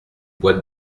boîte